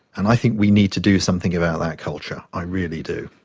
and i think we need to do something about that culture, i really do.